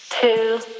two